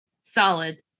solid